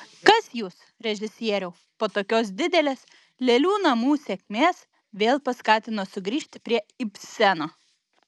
kas jus režisieriau po tokios didelės lėlių namų sėkmės vėl paskatino sugrįžti prie ibseno